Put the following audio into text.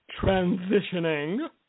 transitioning